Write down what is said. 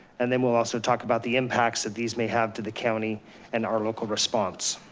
and then we'll also talk about the impacts that these may have to the county and our local response.